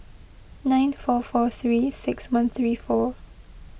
nine four four three six one three four